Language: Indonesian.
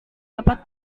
dapat